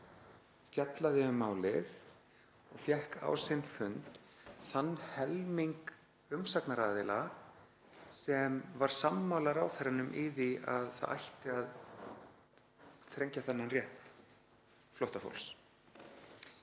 fjallaði um málið og fékk á sinn fund þann helming umsagnaraðila sem var sammála ráðherranum í því að þrengja ætti þennan rétt flóttafólks.